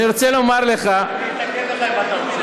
אני רוצה לומר לך, אני אתקן לך איפה הטעות שלך.